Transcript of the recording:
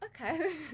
Okay